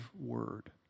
word